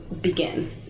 begin